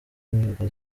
mihigo